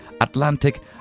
Atlantic